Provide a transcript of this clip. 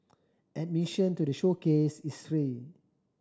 admission to the showcase is free